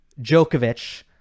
Djokovic